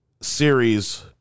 series